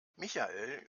michael